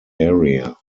area